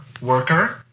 worker